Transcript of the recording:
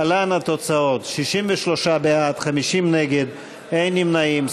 להלן התוצאות: 63 בעד, 50 נגד ואין נמנעים.